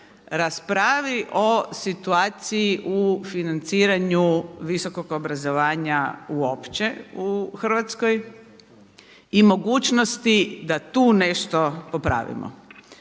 raspravi o situaciji u financiranju visokog obrazovanja uopće u Hrvatskoj i mogućnosti da tu nešto popravimo.